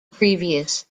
previous